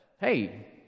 Hey